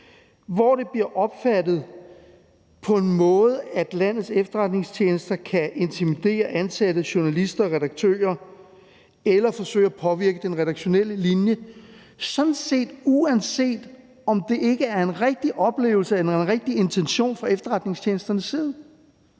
hvor det bliver opfattet på en sådan måde, at efterretningstjenester kan intimidere ansatte journalister og redaktører eller forsøge at påvirke den redaktionelle linje, sådan set uanset om det ikke er en rigtig god oplevelse eller en rigtig intention fra efterretningstjenesternes side.